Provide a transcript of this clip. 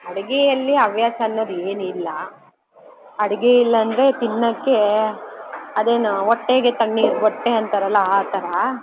ಅಡುಗೆಯಲ್ಲಿ ಹವ್ಯಾಸ ಅನ್ನೋದು ಏನಿಲ್ಲ ಅಡಿಗೆ ಇಲ್ಲ ಅಂದರೆ ತಿನ್ನಕ್ಕೆ ಅದೇನೋ ಹೊಟ್ಟೆಗೆ ತಣ್ಣೀರು ಬಟ್ಟೆ ಅಂತಾರಲ್ಲ ಆ ಥರ